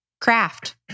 craft